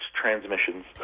transmissions